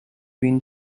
been